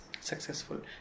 successful